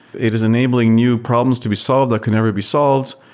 it is enabling new problems to be solved that could never be solved.